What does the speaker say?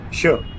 sure